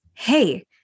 Hey